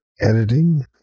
editing